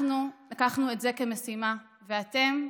אנחנו לקחנו את זה כמשימה, ואתם,